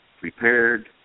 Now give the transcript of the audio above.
prepared